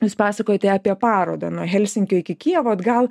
jūs pasakojote apie parodą nuo helsinkio iki kijevo atgal